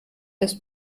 des